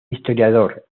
historiador